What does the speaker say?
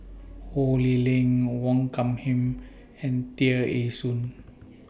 Ho Lee Ling Wong Hung Khim and Tear Ee Soon